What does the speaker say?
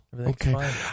Okay